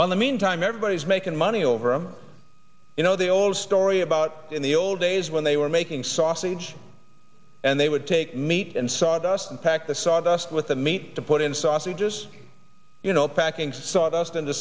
but in the meantime everybody is making money over you know the old story about in the old days when they were making sausage and they would take meat and sawdust and packed the sawdust with the meat to put in sausages you know packing sawdust into